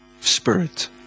spirit